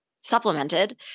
supplemented